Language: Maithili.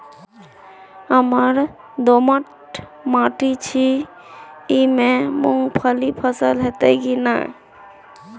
हमर दोमट माटी छी ई में मूंगफली के फसल होतय की नय?